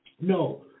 no